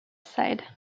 side